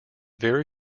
very